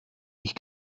ich